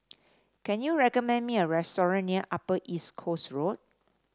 can you recommend me a restaurant near Upper East Coast Road